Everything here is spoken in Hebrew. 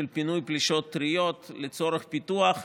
של פינוי פלישות טריות לצורך פיתוח,